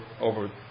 over